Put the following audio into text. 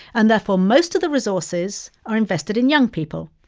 and therefore, most of the resources are invested in young people.